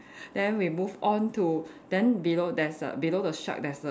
then we move on to then below there's a below the shark there's a